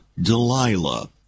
Delilah